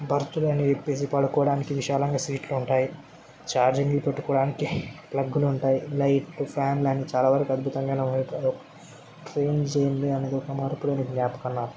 బెర్తులు అన్నీ విప్పేసి పడుకోడానికి విశాలంగా సీట్లు ఉంటాయి ఛార్జింగ్లు పెట్టుకోవడానికి ప్లగ్గులుంటాయి లైట్లు ఫ్యాన్లు అని చాలా వరకు అద్భుతంగా ట్రైన్ జర్నీ అనేది ఒక మరపురాని ఙ్ఞాపకం నాకు